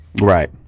right